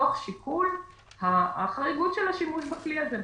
תוך שיקול החריגות של השימוש בכלי הזה,